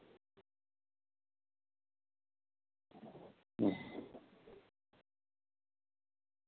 ᱦᱩᱸ